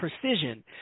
precision